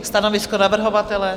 Stanovisko navrhovatele?